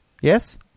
Yes